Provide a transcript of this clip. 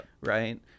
right